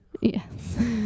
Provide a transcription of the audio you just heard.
Yes